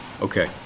Okay